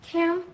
Cam